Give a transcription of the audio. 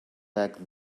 like